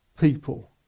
people